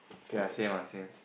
okay ah same ah same